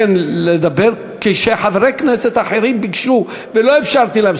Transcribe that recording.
כן לדבר, כשחברי כנסת אחרים ביקשו ולא אפשרתי להם.